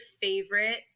favorite